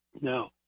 Now